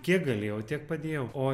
kiek galėjau tiek padėjau o